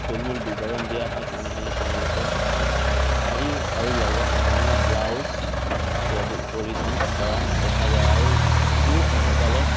থুলমূল বিৱৰণ দিয়া হয় তেনেহ'লে তেওঁলোকে শাৰী আৰু লগত ৰঙা ব্লাউজ পৰিধান কৰা দেখা যায় আৰু পুৰুষসকলে